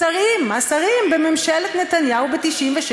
בעיני מי?